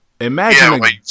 imagine